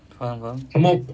faham faham